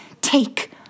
take